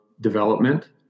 development